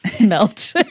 melt